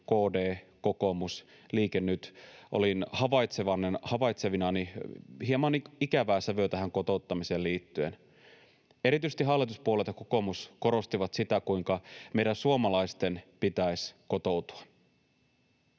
KD, kokoomus, Liike Nyt — olin havaitsevinani hieman ikävää sävyä tähän kotouttamiseen liittyen. Erityisesti hallituspuolueet ja kokoomus korostivat sitä, kuinka meidän suomalaisten pitäisi kotoutua.